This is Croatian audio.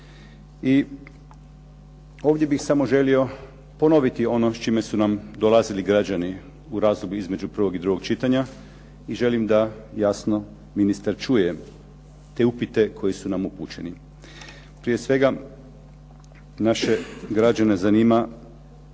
I ovdje bih samo želio ponoviti ono s čime su nam dolazili građani u razdoblju između prvog i drugog čitanja i želim da jasno ministar čuje te upite koji su nam upućeni. Prije svega, naše građane zanima